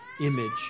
image